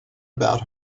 about